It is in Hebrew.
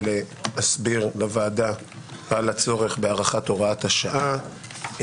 להסביר לוועדה על הצורך בהארכת הוראת השעה.